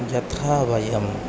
यथा वयम्